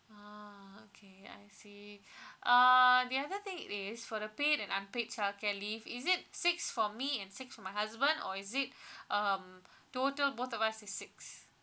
ah okay I see uh the other thing it is for the pay that unpaid childcare is it six for me and six for my husband or is it um total both of us is six